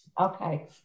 okay